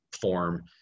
form